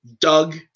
Doug